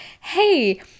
hey